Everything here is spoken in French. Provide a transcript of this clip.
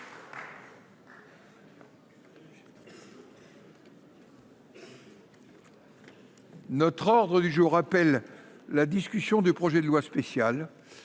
L’ordre du jour appelle la discussion du projet de loi spéciale